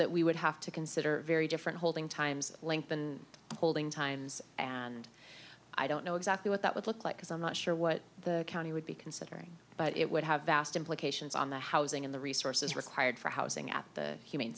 that we would have to consider very different holding times lengthen holding times and i don't know exactly what that would look like as i'm not sure what the county would be considering but it would have vast implications on the housing in the resources required for housing at the humane